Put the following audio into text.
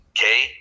okay